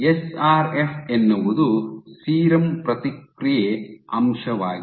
SRF ಎನ್ನುವುದು serum ಪ್ರತಿಕ್ರಿಯೆ ಅಂಶವಾಗಿದೆ